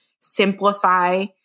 simplify